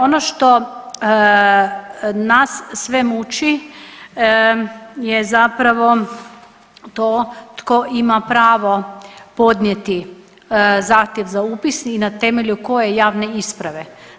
Ono što nas sve muči je zapravo to tko ima pravo podnijeti zahtjev za upis i na temelju koje javne isprave.